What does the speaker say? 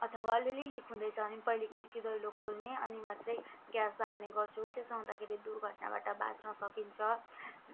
अथवा अलिलि लिक हुँदैछ भने पहिले खिडकी दैलो खोल्ने अनि मात्रै ग्यास बाल्नेगर्छु त्यसो हुँदाखरि दुर्घटनाबाट बाच्न सकिन्छ